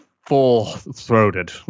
full-throated